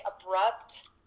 abrupt